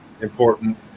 important